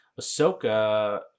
Ahsoka